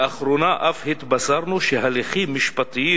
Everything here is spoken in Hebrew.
לאחרונה אף התבשרנו שהליכים משפטיים